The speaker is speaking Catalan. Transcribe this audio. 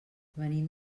venim